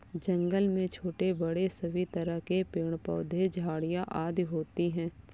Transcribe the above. जंगल में छोटे बड़े सभी तरह के पेड़ पौधे झाड़ियां आदि होती हैं